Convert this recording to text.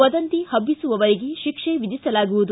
ವದಂತಿ ಹಬ್ಬಿಸುವವರಿಗೆ ತಿಕ್ಷಿ ವಿಧಿಸಲಾಗುವುದು